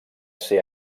ser